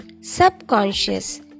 subconscious